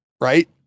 right